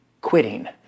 quitting